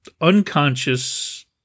unconscious